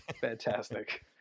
fantastic